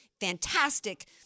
fantastic